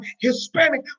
Hispanic